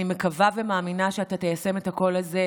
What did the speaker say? אני מקווה ומאמינה שאתה תיישם את הקול הזה,